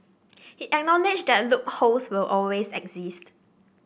he acknowledged that loopholes will always exist